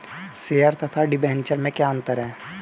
Share तथा debenture में क्या अंतर है?